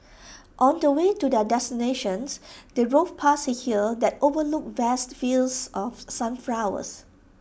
on the way to their destinations they drove past A hill that overlooked vast fields of sunflowers